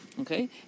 okay